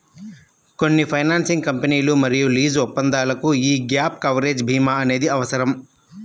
కొన్ని ఫైనాన్సింగ్ కంపెనీలు మరియు లీజు ఒప్పందాలకు యీ గ్యాప్ కవరేజ్ భీమా అనేది అవసరం